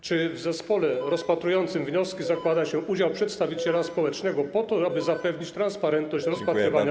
Czy w zespole rozpatrującym wnioski zakłada się udział przedstawiciela społecznego po to, aby zapewnić transparentność rozpatrywania wniosków?